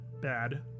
bad